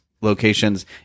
locations